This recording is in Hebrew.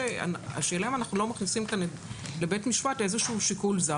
השאלה אם אנחנו לא מכניסים כאן לבית משפט איזשהו שיקול זר.